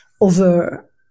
over